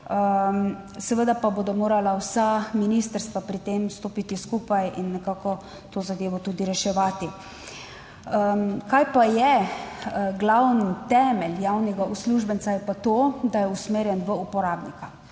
Seveda pa bodo morala vsa ministrstva pri tem stopiti skupaj in nekako to zadevo tudi reševati. Kaj pa je glavni temelj javnega uslužbenca? Je pa to, da je usmerjen v uporabnika,